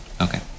Okay